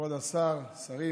כבוד השר, השרים,